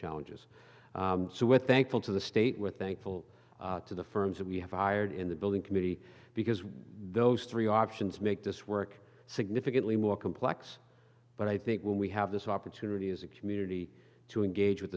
challenges so with thankful to the state with thankful to the firms that we have hired in the building community because those three options make this work significantly more complex but i think when we have this opportunity as a community to engage with